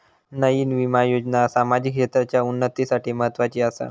नयीन विमा योजना सामाजिक क्षेत्राच्या उन्नतीसाठी म्हत्वाची आसा